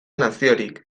naziorik